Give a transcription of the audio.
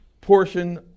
portion